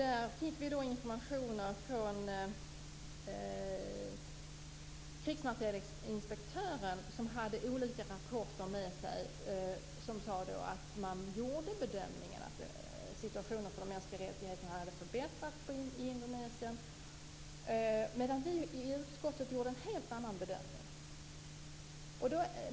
Där fick vi informationer från krigsmaterielinspektören som hade olika rapporter med sig som sade att man gjorde den bedömningen att situationen för de mänskliga rättigheterna hade förbättrats i Indonesien. Men vi i utskottet gjorde en helt annan bedömning.